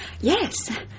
Yes